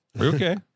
Okay